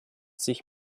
sich